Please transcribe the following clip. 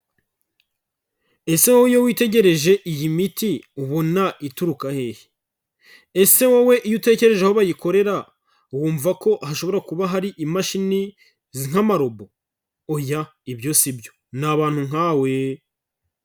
Ese wowe iyo witegereje iyi miti ubona ituruka hehe? Ese wowe iyo utekereje aho bayikorera wumva ko hashobora kuba hari imashini nk'amarobo? Oya ibyo si byo ni abantu nkawe!